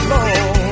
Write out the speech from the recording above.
Lord